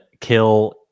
kill